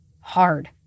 hard